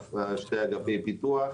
שני אגפי פיתוח,